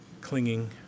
clinging